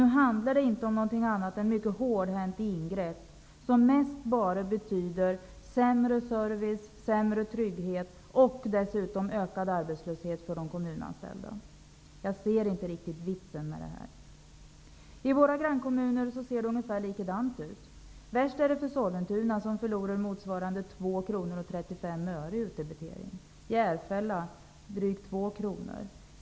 Nu handlar det inte om annat än hårdhänta ingrepp, som mest bara betyder sämre service och trygghet och ökad arbetslöshet för de kommunanställda. Jag inser inte riktigt vitsen med det. I våra grannkommuner ser det ungefär likadant ut. Värst är det för Sollentuna som förlorar motsvarande 2:35 kr i utdebitering. Järfälla förlorar drygt 2 kr.